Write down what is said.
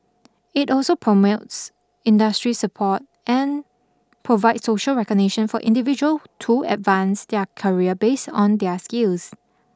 it also promote industry support and provide social recognition for individual to advance their career based on their skills